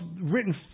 written